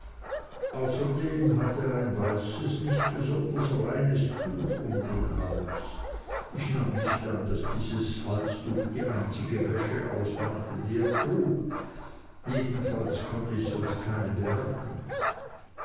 außerdem hatte er ein weißes nicht besonders reines tuch um den hals ich nahm nicht an daß dieses halstuch die einzige wäsche ausmachte die er trug jedenfalls konnte ich sonst keine bemerken